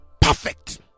perfect